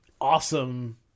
awesome